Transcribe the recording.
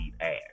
ass